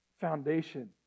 foundation